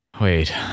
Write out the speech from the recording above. wait